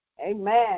Amen